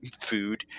food